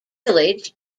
village